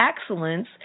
excellence